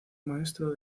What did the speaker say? maestro